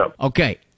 okay